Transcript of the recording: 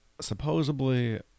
supposedly